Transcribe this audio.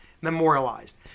memorialized